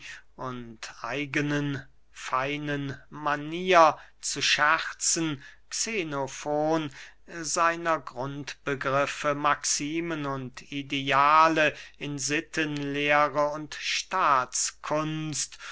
und eigenen feinen manier zu scherzen xenofon seiner grundbegriffe maximen und ideale in sittenlehre und